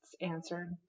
answered